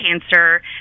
cancer